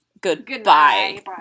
goodbye